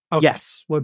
Yes